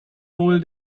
wohl